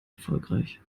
erfolgreich